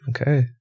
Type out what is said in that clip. okay